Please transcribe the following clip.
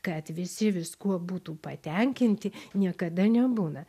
kad visi viskuo būtų patenkinti niekada nebūna